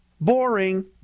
Boring